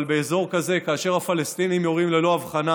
אבל באזור כזה, כאשר הפלסטינים יורים ללא הבחנה